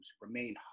remain